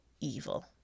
evil